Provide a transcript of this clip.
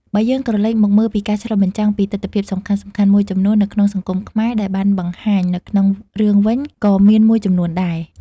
បើយើងក្រលែកមកមើលពីការឆ្លុះបញ្ចាំងពីទិដ្ឋភាពសំខាន់ៗមួយចំនួននៅក្នុងសង្គមខ្មែរ ដែលបានបង្ហាញនៅក្នុងរឿងវិញក៏មានមួយចំនួនដែរ។